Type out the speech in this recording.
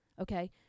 okay